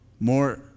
more